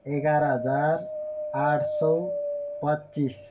एघार हजार आठ सौ पच्चिस